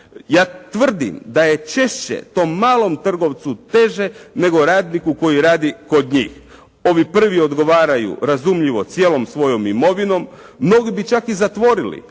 Ja tvrdim da je češće tom malom trgovcu teže nego radniku koji radi kod njih. Ovi prvi odgovaraju razumljivo cijelom svojom imovinom, mnogi bi čak zatvorili